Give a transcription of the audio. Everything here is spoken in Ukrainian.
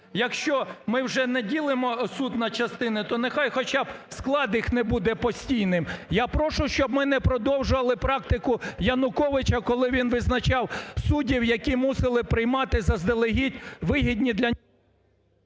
Якщо ми вже не ділимо суд на частини, то нехай хоча б склад їх не буде постійним. Я прошу, щоб ми не продовжували практику Януковича, коли він визначав суддів, які мусили приймати заздалегідь вигідні для…